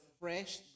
fresh